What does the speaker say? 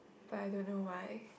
but I don't know why